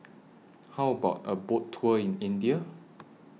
How about A Boat Tour in India